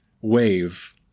wave